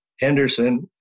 Henderson